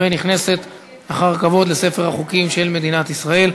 ונכנסת אחר כבוד לספר החוקים של מדינת ישראל.